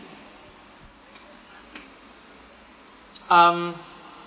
um